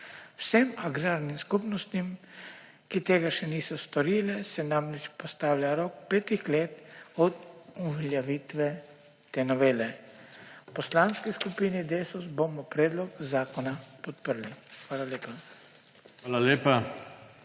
Vsem agrarnim skupnostim, ki tega še niso storile, se namreč postavlja rok petih let od uveljavitve te novele. V Poslanski skupini Desus bomo predlog zakona podprli. Hvala lepa.